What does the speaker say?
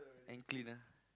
hand clean ah